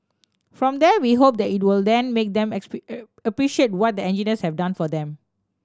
from there we hope that it will then make them appreciate what the engineers have done for them